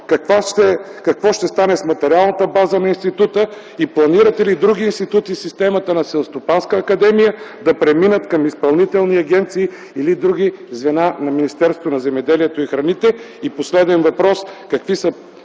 Какво ще стане с материалната база на института и планирате ли други институти от системата на Селскостопанска академия да преминат към изпълнителни агенции или други звена на Министерството на земеделието и храните? И последен въпрос: какви са